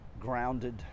grounded